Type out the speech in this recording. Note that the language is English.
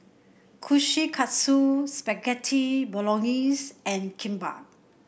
Kushikatsu Spaghetti Bolognese and Kimbap